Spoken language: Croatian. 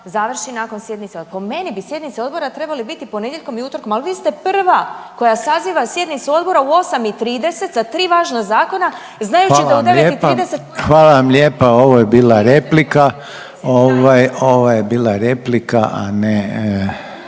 završi nakon sjednice odbora. Po meni bi sjednice odbora trebale biti ponedjeljkom i utorkom, ali vi ste prva koja saziva sjednicu odbora u 8 i 30 sa tri važna zakona znajući da …/Upadica: Hvala vam lijepa./… u 9 i 30… **Reiner, Željko (HDZ)**